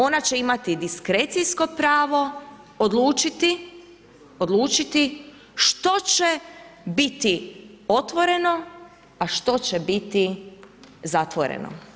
Ona će imati diskrecijsko pravo, odlučiti što će biti otvoreno, a što će biti zatvoreno.